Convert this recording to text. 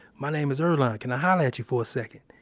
my name is earlonne can i holler at you for a second?